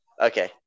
Okay